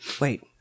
wait